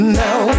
now